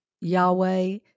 Yahweh